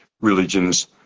religions